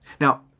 Now